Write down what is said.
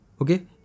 Okay